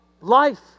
life